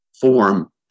form